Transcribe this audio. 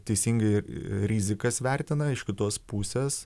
teisingai rizikas vertina iš kitos pusės